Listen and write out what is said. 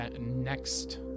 next